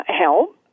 help